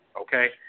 okay